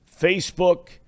Facebook